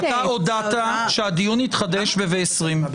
אתה הודעת שהדיון יתחדש ב-13:20 בקבוצה.